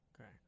Okay